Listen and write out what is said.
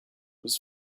was